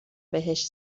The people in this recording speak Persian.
بهش